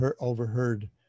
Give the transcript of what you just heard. overheard